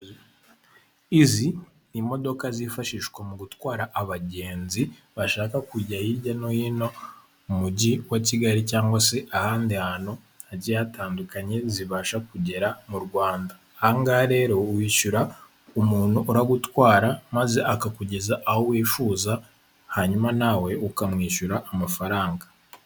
Izi ni imodoka zifashishwa mu gutwara abagenzi bashaka kujya hirya no hino mu mujyi wa Kigali cyangwa se ahandi hantu hagiye hatandukanye zibasha kugera mu Rwanda, aha ngaha rero wishyura umuntu uragutwara maze akakugeza aho wifuza hanyuma nawe ukamwishyura amafaranga.